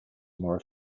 more